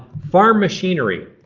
farm machinery,